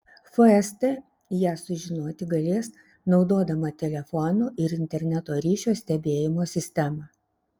fst ją sužinoti galės naudodama telefonų ir interneto ryšio stebėjimo sistemą